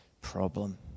problem